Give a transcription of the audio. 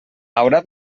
haurà